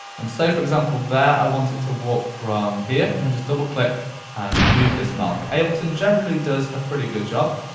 and say, for example, there i want it to warp from here. i can just double click and move this marker. ableton generally does a pretty good job,